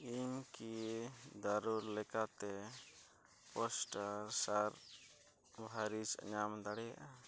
ᱤᱧ ᱠᱤ ᱡᱟᱨᱩᱲ ᱞᱮᱠᱟᱛᱮ ᱯᱮᱥᱴᱨᱤᱥ ᱥᱟᱨᱵᱷᱟᱨᱤᱧ ᱧᱟᱢ ᱫᱟᱲᱮᱭᱟᱜᱼᱟ